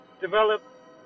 develop